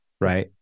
right